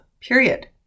period